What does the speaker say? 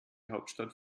hauptstadt